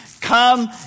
come